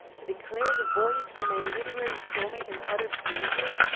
to declare the voyage for my literary soulmate an utter failure?